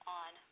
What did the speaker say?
on